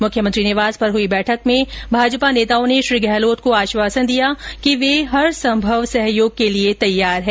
मुख्यमंत्री निवास पर हुई बैठक में भाजपा नेताओं ने श्री गहलोत को आश्वासन दिया कि वे हरसंभव सहयोग के लिए तैयार है